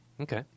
Okay